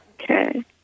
Okay